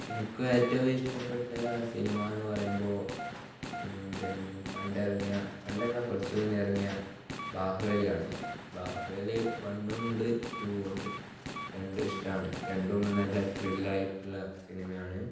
എനിക്ക് ഏറ്റവും ഇഷ്ട്ടപ്പെട്ട സിനിമ എന്ന് പറയുമ്പോൾ പണ്ട് ഇറങ്ങിയ പണ്ടല്ല കുറച്ച് മുന്നേ ഇറങ്ങിയ ബാഹുബലിയാണ് ബാഹുബലി വണ്ണും ഉണ്ട് ടുവും ഉണ്ട് രണ്ടും ഇഷ്ടമാണ് രണ്ടും നല്ല ത്രിൽ ആയിട്ടുള്ള സിനിമ ആണ്